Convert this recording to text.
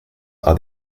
are